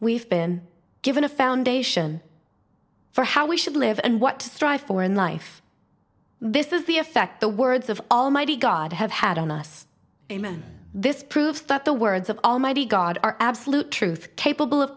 we've been given a foundation for how we should live and what to strive for in life this is the effect the words of almighty god have had on us this proves that the words of almighty god are absolute truth capable of